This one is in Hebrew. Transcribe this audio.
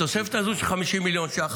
התוספת הזו של 50 מיליון ש"ח,